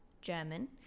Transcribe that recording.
German